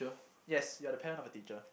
yes you are the parent of the teacher